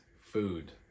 food